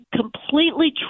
completely